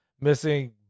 missing